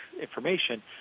information